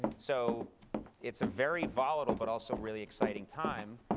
so it's a very volatile but also really exciting time.